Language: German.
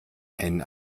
ein